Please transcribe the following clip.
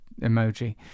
emoji